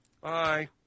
Bye